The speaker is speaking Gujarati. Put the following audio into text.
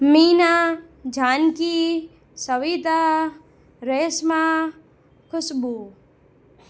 મીના જાનકી સવિતા રેશમા ખુશ્બુ